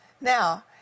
Now